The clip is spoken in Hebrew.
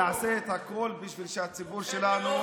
נעשה את הכול בשביל שהציבור שלנו,